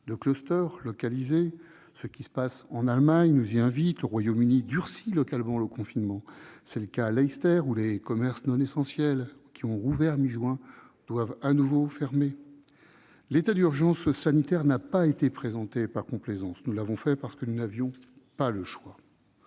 de clusters localisés : ce qui se passe en Allemagne nous y invite. Le Royaume-Uni durcit d'ailleurs localement le confinement : c'est le cas à Leicester, où les commerces non essentiels, qui avaient rouvert à la mi-juin, doivent à nouveau fermer. L'état d'urgence sanitaire n'a pas été mis en oeuvre par complaisance. Nous l'avons fait parce que nous n'avions pas le choix.